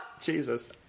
Jesus